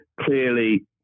clearly